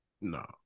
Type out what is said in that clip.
No